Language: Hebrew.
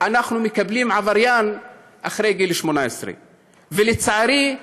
אנחנו מקבלים עבריין אחרי גיל 18. ולצערי,